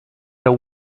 the